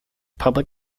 public